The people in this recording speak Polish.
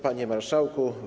Panie Marszałku!